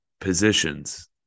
positions